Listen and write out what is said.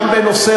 וגם בנושא